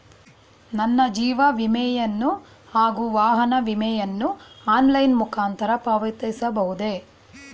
ನನ್ನ ಜೀವ ವಿಮೆಯನ್ನು ಹಾಗೂ ವಾಹನ ವಿಮೆಯನ್ನು ಆನ್ಲೈನ್ ಮುಖಾಂತರ ಪಾವತಿಸಬಹುದೇ?